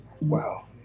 Wow